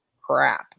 crap